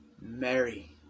Mary